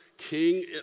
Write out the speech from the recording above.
King